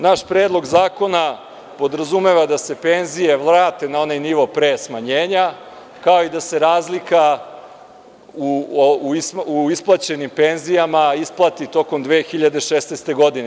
Naš predlog zakona podrazumeva da se penzije vrate na onaj nivo pre smanjenja, kao i da se razlika u isplaćenim penzijama, isplate tokom 2016. godine.